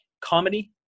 comedy